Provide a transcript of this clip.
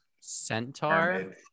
Centaur